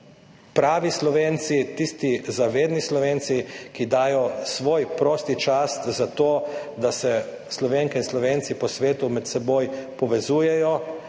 pravi Slovenci, tisti zavedni Slovenci, ki dajo svoj prosti čas za to, da se Slovenke in Slovenci po svetu med seboj povezujejo,